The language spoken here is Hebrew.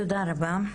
תודה רבה.